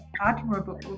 admirable